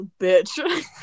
bitch